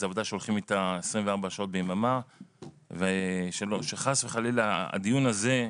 זו עבודה שהולכים איתה 24 שעות ביממה ושחס וחלילה הדיון הזה,